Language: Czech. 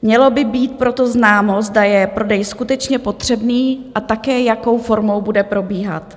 Mělo by být proto známo, zda je prodej skutečně potřebný, a také jakou formou bude probíhat.